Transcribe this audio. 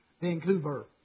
Vancouver